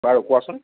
বাৰু কোৱাচোন